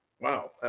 Wow